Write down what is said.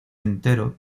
entero